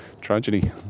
tragedy